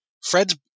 Fred's